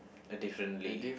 and differently